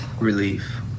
Relief